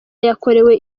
yakorewe